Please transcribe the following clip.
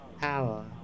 power